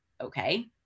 okay